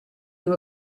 you